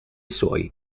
suoi